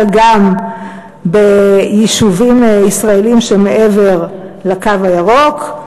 גם ביישובים ישראליים שמעבר לקו הירוק,